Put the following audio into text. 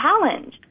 challenge